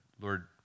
Lord